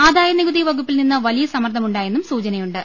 ആദായനികുതി വകുപ്പിൽ നിന്ന് വലിയ സമ്മർദ്ധമുണ്ടായെന്നും സൂചനയുണ്ട്